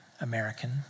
American